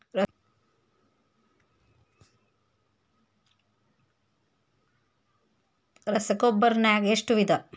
ರಸಗೊಬ್ಬರ ನಾಗ್ ಎಷ್ಟು ವಿಧ?